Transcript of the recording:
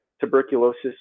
tuberculosis